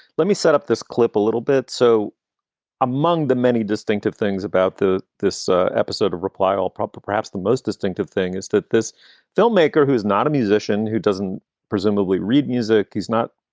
let me set up this clip a little bit. so among the many distinctive things about this episode of reply all proper, perhaps the most distinctive thing is that this filmmaker who is not a musician, who doesn't presumably read music is not.